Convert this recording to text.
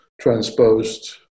transposed